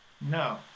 No